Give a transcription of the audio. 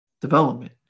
development